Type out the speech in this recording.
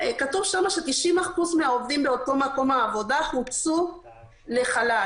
אז כתוב שם ש-90% מהעובדים באותו מקום עבודה הוצאו לחל"ת.